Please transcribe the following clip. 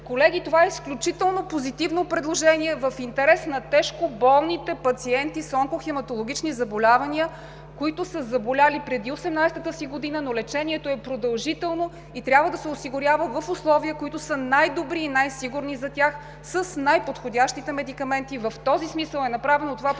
Колеги, това е изключително позитивно предложение, в интерес на тежко болните пациенти с онкохематологични заболявания, които са заболели преди 18-ата си година, но лечението е продължително и трябва да се осигурява в условия, които са най добри и най-сигурни за тях, с най-подходящите медикаменти. В този смисъл е направено това предложение